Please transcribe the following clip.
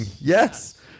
Yes